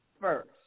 first